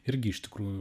irgi iš tikrųjų